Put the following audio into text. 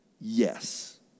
Yes